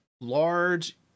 large